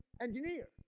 engineer